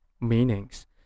meanings